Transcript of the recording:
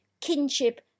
kinship